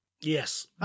Yes